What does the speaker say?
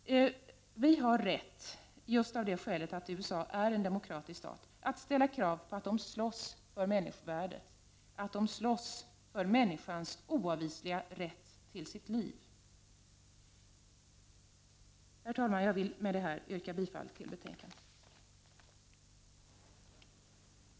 Vi har rätt, just av det skälet att USA är en demokrati, att ställa krav på att de slåss för människovärdet, att de slåss för människans oavvisliga rätt till sitt liv. Herr talman! Jag vill med detta yrka bifall till utskottets hemställan.